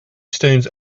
stones